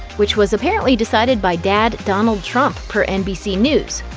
which was apparently decided by dad donald trump, per nbc news.